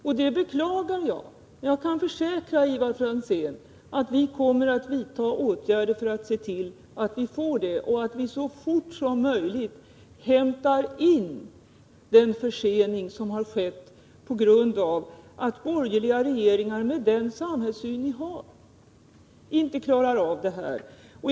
Jag beklagar situationen och kan försäkra Ivar Franzén att vi kommer att vidta åtgärder för att åstadkomma detta och så fort som möjligt hämta in den försening som blivit på grund av att de borgerliga regeringarna — med den samhällssyn som de borgerliga har — inte klarar av detta.